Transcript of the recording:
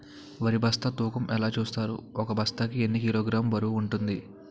వరి బస్తా తూకం ఎలా చూస్తారు? ఒక బస్తా కి ఎన్ని కిలోగ్రామ్స్ బరువు వుంటుంది?